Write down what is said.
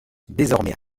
désormais